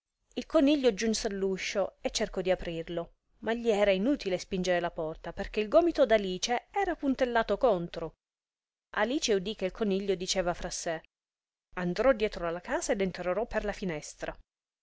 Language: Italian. il coniglio giunse all'uscio e cercò di aprirlo ma gli era inutile spingere la porta perchè il gomito d'alice era puntellato contro alice udì che il coniglio diceva fra sè andrò dietro la casa ed entrerò per la finestra